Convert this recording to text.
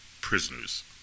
prisoners